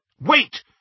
Wait